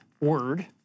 word